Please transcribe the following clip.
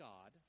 God